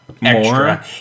more